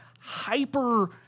hyper